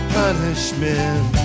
punishment